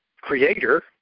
creator